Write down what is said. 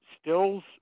stills